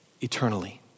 eternally